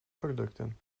producten